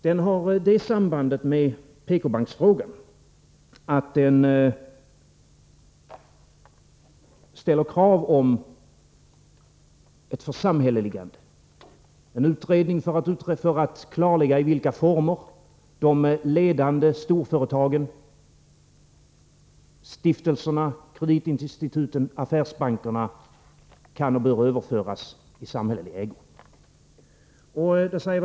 Den har det sambandet med PK-banksfrågan att den ställer krav på ett församhälleligande och begär en utredning som skall klarlägga i vilka former de ledande storföretagen, stiftelserna, kreditinstituten och affärsbankerna kan och bör överföras i samhällelig ägo.